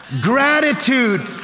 Gratitude